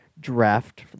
draft